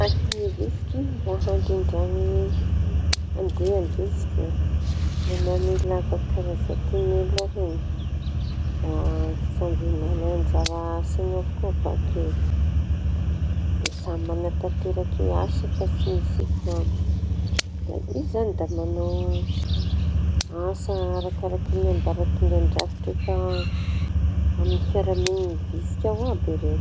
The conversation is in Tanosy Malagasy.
Ny raha ahi-vtsiky mba handrindraña ny andiambitsikiñy. Mañano lavaky karazan'ny tonely reny da samby mañana anjara asañy avy bakeo, samy mañantanteraky asany fa tsy misy kamo. Izy zañy da mañao asa araky ambaratonga drafitry efa amiñy fiaraha moñiny vitsiky ao aby ireo.